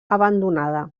abandonada